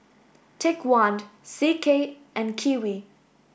take one C K and Kiwi